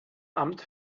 amt